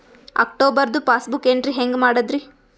ಅಕ್ಟೋಬರ್ದು passbook entry ಹೆಂಗ್ ಮಾಡದ್ರಿ?